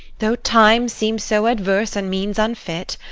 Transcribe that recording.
though time seem so adverse and means unfit.